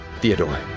Theodore